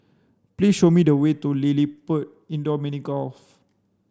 please show me the way to LilliPutt Indoor Mini Golf